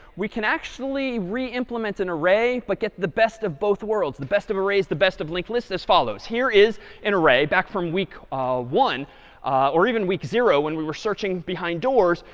we can actually re-implement an array, but get the best of both worlds, the best of arrays, the best of linked lists as follows. here is an array, back from week one or even week zero when we were searching behind doors.